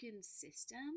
system